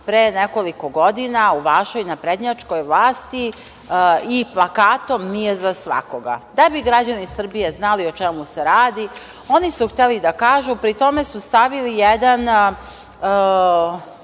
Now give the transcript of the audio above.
pre nekoliko godina u vašoj naprednjačkoj vlasti i plakatom – Nije za svakoga. Da bi građani Srbije znali o čemu se radi, oni su hteli da kažu, pri tome su stavili jedan